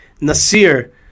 Nasir